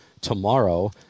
tomorrow